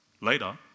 Later